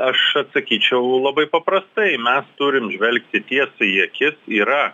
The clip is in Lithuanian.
aš atsakyčiau labai paprastai mes turim žvelgti tiesai į akis yra